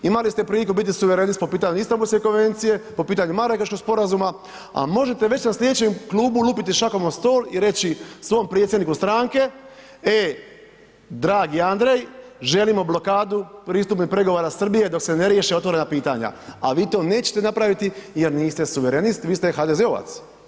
Imali ste priliku biti suverenist po pitanju Istambulske konvencije, po pitanju Marakeškog sporazuma, a možete već sa slijedećim klubu lupiti šakom o stol i reći svom predsjedniku stranke, e dragi Andrej želimo blokadu pristupnih pregovora Srbije dok se ne riješe otvorena pitanja, a vi to nećete napraviti jer niste suverenist vi ste HDZ-ovac.